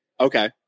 okay